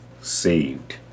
saved